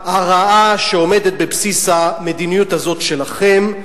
הרעה, שעומדת בבסיס המדיניות הזו שלכם,